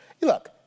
Look